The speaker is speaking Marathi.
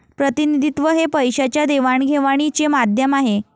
प्रतिनिधित्व हे पैशाच्या देवाणघेवाणीचे माध्यम आहे